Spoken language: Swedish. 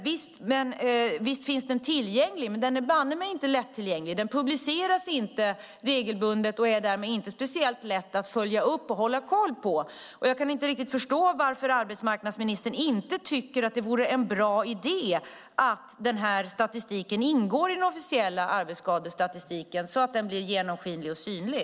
Visst finns den tillgänglig, men den är banne mig inte lättillgänglig. Den publiceras inte regelbundet och är därmed inte speciellt lätt att följa upp och hålla koll på. Jag kan inte riktigt förstå varför arbetsmarknadsministern inte tycker att det är en bra idé att låta den här statistiken ingå i den officiella arbetsskadestatistiken, så att den blir genomskinlig och synlig.